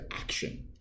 action